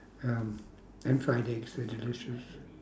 um and fried eggs they're delicious